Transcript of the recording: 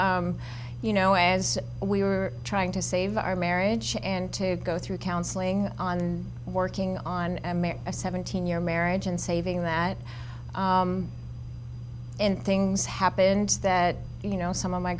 resentment you know as we were trying to save our marriage and to go through counseling on working on a seventeen year marriage and saving that and things happened that you know some of my